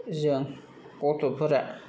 जों गथ'फोरा